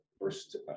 first